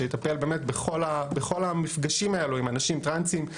שיטפל בכל המפגשים האלו עם אנשים טרנסים,